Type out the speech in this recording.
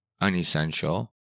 unessential